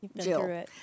Jill